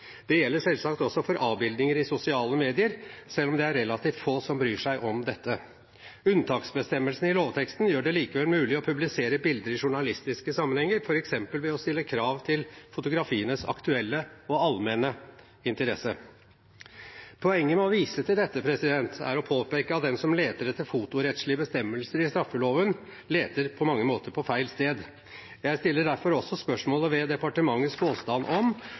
Det gjelder selvsagt også for avbildninger i sosiale medier, selv om det er relativt få som bryr seg om dette. Unntaksbestemmelsen i lovteksten gjør det likevel mulig å publisere bilder i journalistiske sammenhenger, f.eks. ved å stille krav til fotografienes aktuelle og allmenne interesse. Poenget med å vise til dette, er å påpeke at den som leter etter fotorettslige bestemmelser i straffeloven, på mange måter leter på feil sted. Jeg stiller derfor også spørsmål ved departementets påstand om